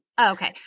Okay